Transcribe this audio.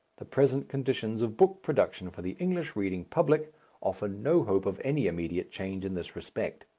the present conditions of book production for the english reading public offer no hope of any immediate change in this respect.